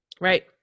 Right